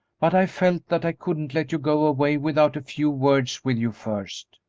but i felt that i couldn't let you go away without a few words with you first.